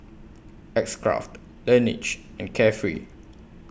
X Craft Laneige and Carefree